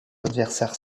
adversaire